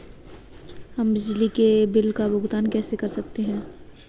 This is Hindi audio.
हम बिजली के बिल का भुगतान कैसे कर सकते हैं?